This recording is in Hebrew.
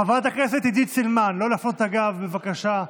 חברת הכנסת עידית סילמן, לא להפנות את הגב, בבקשה.